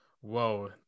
Whoa